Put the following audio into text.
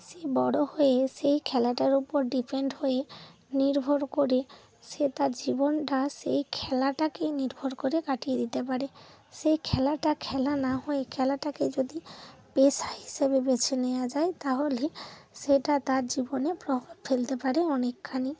সে বড় হয়ে সেই খেলাটার উপর ডিপেন্ড হয়ে নির্ভর করে সে তার জীবনটা সেই খেলাটাকেই নির্ভর করে কাটিয়ে দিতে পারে সেই খেলাটা খেলা না হয়ে খেলাটাকে যদি পেশা হিসেবে বেছে নেওয়া যায় তাহলে সেটা তার জীবনে প্রভাব ফেলতে পারে অনেকখানি